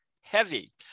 heavy